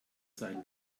sein